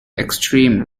extreme